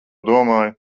domāju